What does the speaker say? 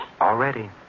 Already